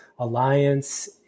Alliance